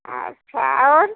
अच्छा और